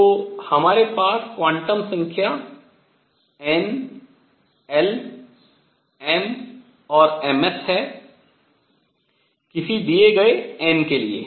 तो हमारे पास क्वांटम संख्या n l m और ms है किसी दिए गए n के लिए